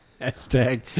Hashtag